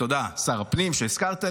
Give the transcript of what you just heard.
תודה, שר הפנים, שהזכרת לי.